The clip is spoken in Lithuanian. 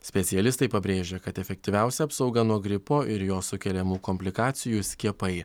specialistai pabrėžia kad efektyviausia apsauga nuo gripo ir jo sukeliamų komplikacijų skiepai